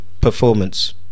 performance